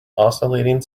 oscillating